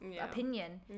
opinion